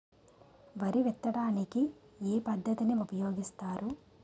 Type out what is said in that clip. వరి విత్తడానికి ఏ పద్ధతిని ఉపయోగిస్తారు?